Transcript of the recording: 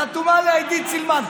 חתומה עליה עידית סילמן,